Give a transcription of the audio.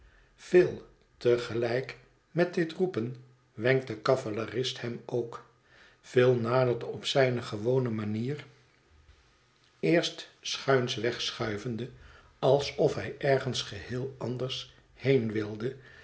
te gelijk met dit roepen wenkt de cavalerist hem ook phil nadert op zijne gewone manier eerst schuins wegschuivende alsof hij ergens geheel anders heen wilde